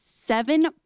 seven